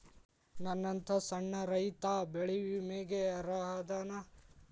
ನನ್ನಂತ ಸಣ್ಣ ರೈತಾ ಬೆಳಿ ವಿಮೆಗೆ ಅರ್ಹ ಅದನಾ?